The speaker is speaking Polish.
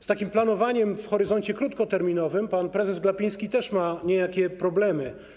Z planowaniem w horyzoncie krótkoterminowym pan prezes Glapiński też ma niejakie problemy.